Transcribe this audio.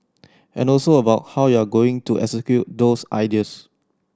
and also about how you're going to execute those ideas